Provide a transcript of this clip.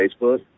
Facebook